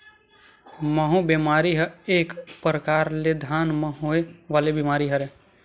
माहूँ बेमारी ह एक परकार ले धान म होय वाले बीमारी हरय